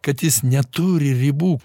kad jis neturi ribų